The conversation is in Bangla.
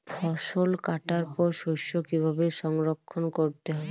ফসল কাটার পর শস্য কীভাবে সংরক্ষণ করতে হবে?